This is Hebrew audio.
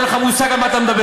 אין לך מושג על מה אתה מדבר,